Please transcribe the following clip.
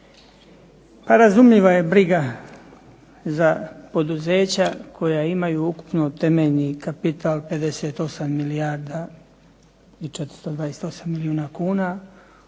Pa razumljiva je briga za poduzeća koja imaju ukupno temeljni kapital 58 milijardi 428 milijuna kuna